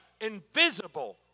invisible